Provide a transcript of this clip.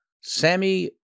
Sammy